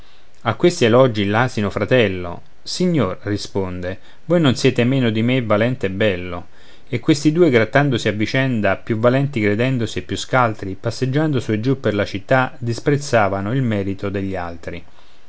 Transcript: a questi elogi l'asino fratello signor risponde voi non siete meno di me valente e bello e questi due grattandosi a vicenda più valenti credendosi e più scaltri passeggiando su e giù per la città disprezzavano il merito degli altri